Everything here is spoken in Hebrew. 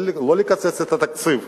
לא לקצץ את התקציב,